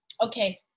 Okay